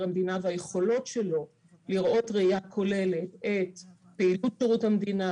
המדינה והיכולות שלו לראות ראייה כוללת את פעילות שירות המדינה,